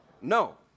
No